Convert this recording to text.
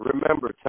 Remember